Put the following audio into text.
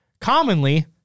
Commonly